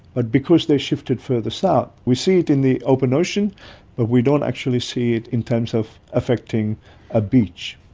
but because they shifted further south, we see it in the open ocean but we don't actually see it in terms of affecting a beach.